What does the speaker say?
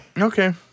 Okay